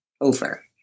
over